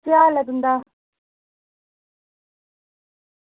केह् हाल ऐ तुं'दा